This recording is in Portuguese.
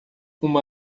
uma